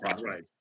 Right